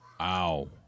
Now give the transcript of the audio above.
Ow